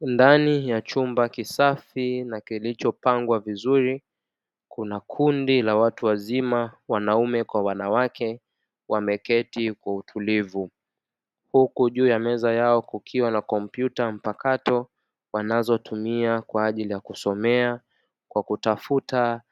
Ndani ya chumba kisafi na kilichopangwa vizuri, kuna kundi la watu wazima wanaume kwa wanawake wameketi kwa utulivu, huku juu ya meza yao kukiwa na kompyuta mpakato wanazotumia kwa ajili ya kusomea kwa kutafuta